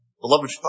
Beloved